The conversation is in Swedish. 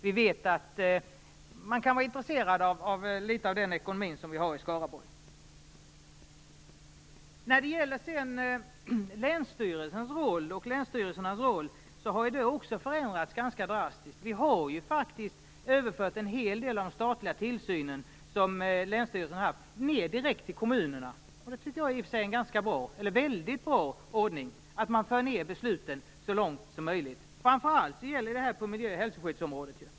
Vi vet att de kan vara intresserade av litet av den ekonomin som vi har i Skaraborg. Länsstyrelsernas roll har ju också förändrats ganska drastiskt. Vi har ju faktiskt överfört en hel del av den statliga tillsyn som länsstyrelserna har haft mer direkt till kommunerna. Jag tycker att det är en väldigt bra ordning att man för ned besluten så långt som möjligt. Detta gäller framför allt på miljö och hälsoskyddsområdet.